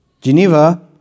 Geneva